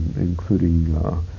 including